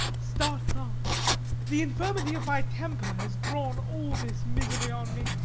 start not the infirmity of my temper has drawn all this misery on me.